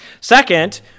Second